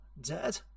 dead